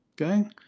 okay